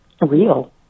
real